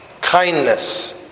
kindness